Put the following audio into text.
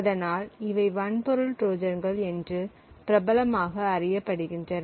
அதனால் இவை வன்பொருள் ட்ரோஜன்கள் என்று பிரபலமாக அறியப்படுகின்றன